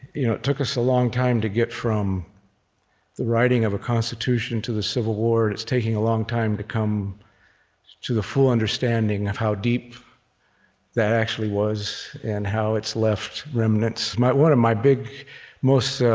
you know it took us a long time to get from the writing of a constitution to the civil war it's taking a long time to come to the full understanding of how deep that actually was and how it's left remnants. one of my big most so